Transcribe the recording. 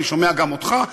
אני שומע גם אותך.